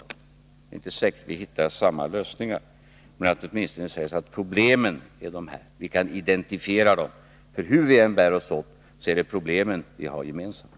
Det är inte säkert att vi hittar samma lösningar, men vi kanske åtminstone kan säga oss vilka problemen är och identifiera dem. Hur vi än bär oss åt har vi problemen gemensamt.